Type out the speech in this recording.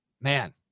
man